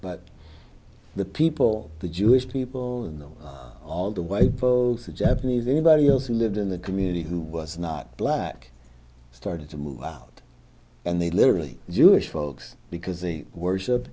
but the people the jewish people in the all the way both the japanese or anybody else who lived in the community who was not black started to move out and they literally jewish folks because they worship